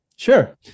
Sure